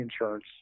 insurance